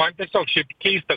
man tiesiog šiaip keista